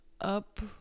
up